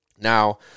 Now